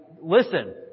listen